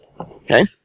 Okay